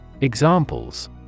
Examples